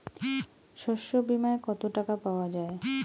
শস্য বিমায় কত টাকা পাওয়া যায়?